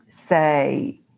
say